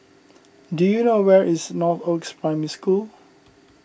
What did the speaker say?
do you know where is Northoaks Primary School